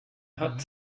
hat